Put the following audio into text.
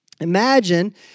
Imagine